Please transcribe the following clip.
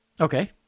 Okay